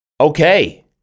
Okay